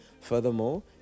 furthermore